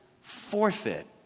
forfeit